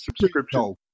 subscription